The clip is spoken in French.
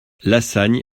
lassagne